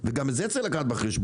וגם את זה צריך לקחת בחשבון.